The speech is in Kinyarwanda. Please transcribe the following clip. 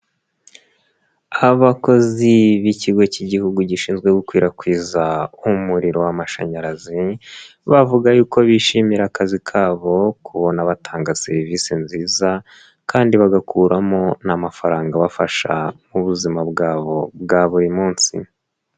Abakozi b'ikigo cy'igihugu gishinzwe gukwirakwiza umuriro w'amashanyarazi, bavuga yuko bishimira akazi kabo kubona batanga serivisi nziza kandi bagakuramo n'amafaranga abafasha mu buzima bwabo bwa buri munsi.